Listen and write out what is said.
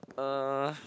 uh